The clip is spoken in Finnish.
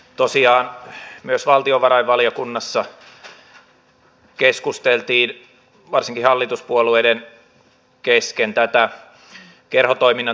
tosiaan myös valtiovarainvaliokunnassa keskusteltiin varsinkin hallituspuolueiden kesken tästä kerhotoiminnan tärkeydestä